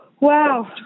Wow